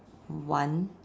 one